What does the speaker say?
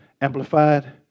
Amplified